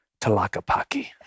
talakapaki